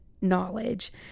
knowledge